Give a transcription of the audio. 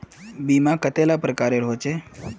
बीमा कतेला प्रकारेर होचे?